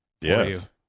Yes